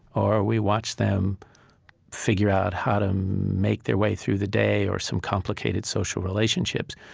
or we watch them figure out how to make their way through the day or some complicated social relationships.